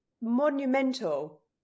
monumental